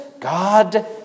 God